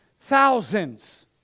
thousands